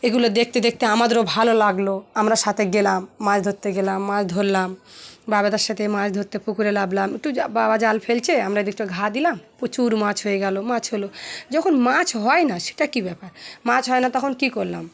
এগুলো দেখতে দেখতে আমাদেরও ভালো লাগলো আমরা সাথে গেলাম মাছ ধরতে গেলাম মাছ ধরলাম বাবাদের সাথে মাছ ধরতে পুকুরে নামলাম একটু বাবা জাল ফেলছে আমরা যেয়ে একটু ঘা দিলাম প্রচুর মাছ হয়ে গেলো মাছ হলো যখন মাছ হয় না সেটা কী ব্যাপার মাছ হয় না তখন কী করলাম